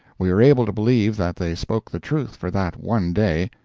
we are able to believe that they spoke the truth for that one day,